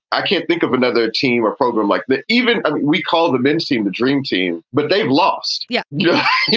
i can't think of another team or program like that. even and recall the men's team, the dream team. but they lost. yeah. yeah you